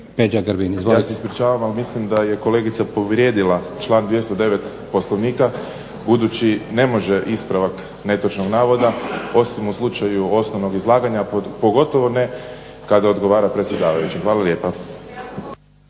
Ja se ispričavam, ali mislim da je kolegica povrijedila članak 209. Poslovnika budući ne može ispravak netočnog navoda, osim u slučaju osnovnog izlaganja, pogotovo ne kada odgovara predsjedavajućem. Hvala lijepa.